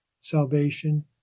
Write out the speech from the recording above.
salvation